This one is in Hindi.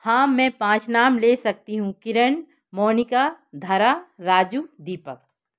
हाँ मैं पाँच नाम ले सकती हूँ किरन मोनिका धारा राजू दीपक